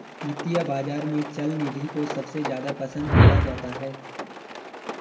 वित्तीय बाजार में चल निधि को सबसे ज्यादा पसन्द किया जाता है